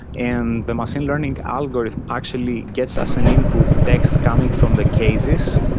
and the machine learning algorithm actually gets us an input text coming from the cases,